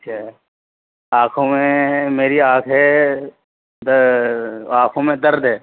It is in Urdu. اچھا آنکھوں میں میری آنکھ ہے آنکھوں میں درد ہے